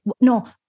no